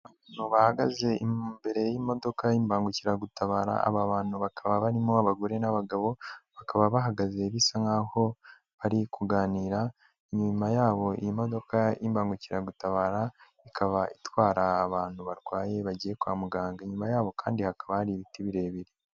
Abantu bahagaze imbere y'imodoka y'imbangukiragutabara, aba bantu bakaba barimo abagore n'abagabo, bakaba bahagaze bisa nk'aho bari kuganira, inyuma yabo iyi modoka y'imbangukiragutabara, ikaba itwara abantu barwaye bagiye kwa muganga, inyuma yabo kandi hakaba hari ibiti birebire.